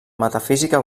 metafísica